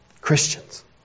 Christians